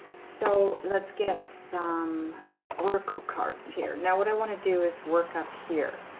so let's get some oracle cards here. now. what i want to do is work up here